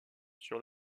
sur